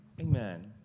Amen